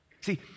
see